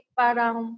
parang